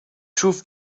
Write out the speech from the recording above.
drove